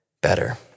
better